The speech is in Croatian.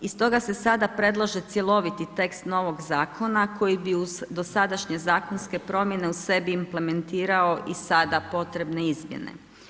I stoga se sada predlaže cjeloviti tekst novog zakona koji bi uz dosadašnje zakonske promjene u sebi implementirao i sada potrebne izmjene.